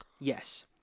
Yes